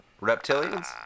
reptilians